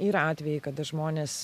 yra atvejai kada žmonės